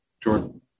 Jordan